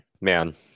Man